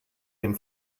dem